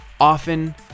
Often